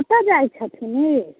कतऽ जाइत छथिन ई